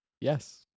Yes